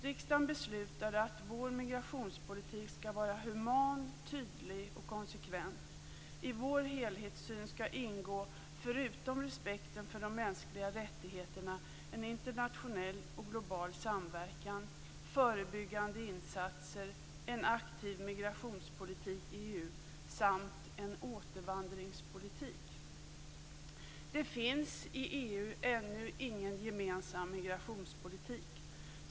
Riksdagen beslutade att vår migrationspolitik skall vara human, tydlig och konsekvent. I vår helhetssyn skall ingå förutom respekten för de mänskliga rättigheterna en internationell och global samverkan, förebyggande insatser, en aktiv migrationspolitik i EU samt en återvandringspolitik. Det finns i EU ännu ingen gemensam migrationspolitik.